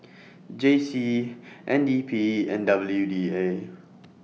J C N D P and W D A